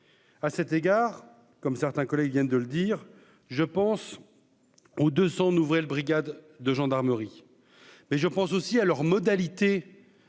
à cet égard comme certains collègues, ils viennent de le dire, je pense, ou 200 nouvelles brigades de gendarmerie mais je pense aussi à leurs modalités